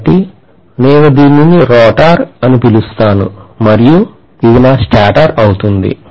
కాబట్టి నేను దీనిని రోటర్ అని పిలుస్తాను మరియు ఇది నా స్టేటర్ అవుతుంది